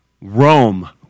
Rome